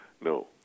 No